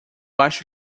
acho